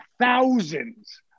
thousands